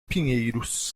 pinheiros